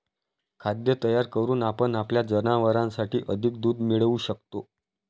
खाद्य तयार करून आपण आपल्या जनावरांसाठी अधिक दूध मिळवू शकतो